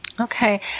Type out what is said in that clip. Okay